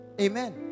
Amen